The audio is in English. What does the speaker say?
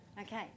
Okay